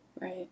Right